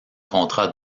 contrat